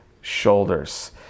shoulders